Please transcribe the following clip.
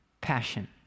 Passion